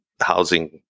housing